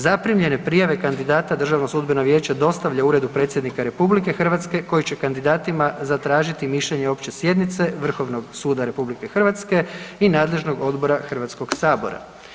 Zaprimljene prijave kandidata, Državno sudbeno vijeće dostavlja Uredu Predsjednika RH koji će o kandidatima zatražiti mišljenje Opće sjednice Vrhovnog suda RH i nadležnog odbora Hrvatskog sabora.